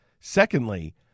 Secondly